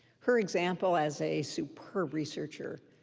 her example as a superb researcher,